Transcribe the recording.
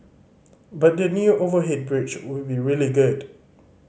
but the new overhead bridge will be really good